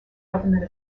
government